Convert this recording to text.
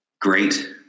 great